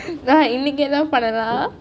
ya இனக்கி என்ன பன்னலாம்:enakki enna pannalam